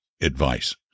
advice